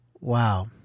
Wow